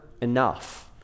enough